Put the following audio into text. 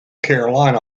carolina